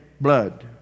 blood